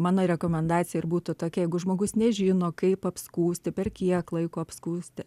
mano rekomendacija ir būtų tokia jeigu žmogus nežino kaip apskųsti per kiek laiko apskųsti